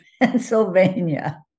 Pennsylvania